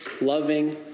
loving